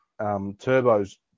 Turbo's